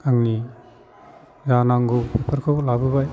आंनि जा नांगौ बेफोरखौ लाबोबाय